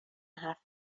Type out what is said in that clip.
حرف